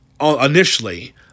initially